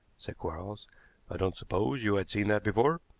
said quarles i don't suppose you had seen that before.